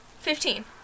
fifteen